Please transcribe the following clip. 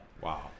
wow